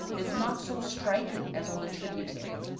is not so striking as on the tributary.